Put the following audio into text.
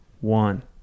One